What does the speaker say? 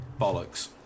Bollocks